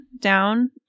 down